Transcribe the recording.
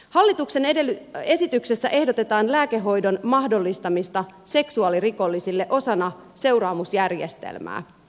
hallituksen esityksessä ehdotetaan lääkehoidon mahdollistamista seksuaalirikollisille osana seuraamusjärjestelmää